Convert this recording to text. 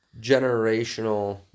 generational